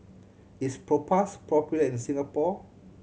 is Propass popular in Singapore